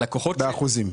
באחוזים.